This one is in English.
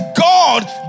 God